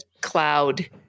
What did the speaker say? cloud